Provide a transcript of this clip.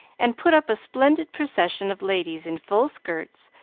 and put up a splendid procession of ladies in full skirts,